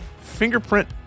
fingerprint